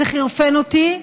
זה חרפן אותי,